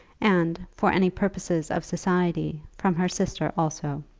and for any purposes of society from her sister also.